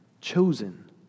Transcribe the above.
Chosen